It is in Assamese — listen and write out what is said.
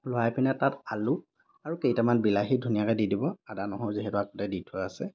লৰাই পিনে তাত আলু আৰু কেইটামান বিলাহী ধুনীয়াকৈ দি দিব আদা নহৰু যিহেতু আগতে দি থোৱা আছে